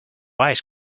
ice